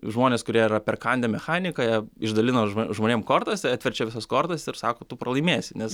žmonės kurie yra perkandę mechaniką išdalino žmonėm kortas jie atverčia visas kortas ir sako tu pralaimėsi nes